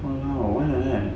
oh why like that